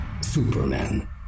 Superman